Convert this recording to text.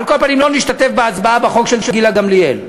על כל פנים, לא נשתתף בהצבעה בחוק של גילה גמליאל.